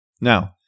Now